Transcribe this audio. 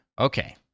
okay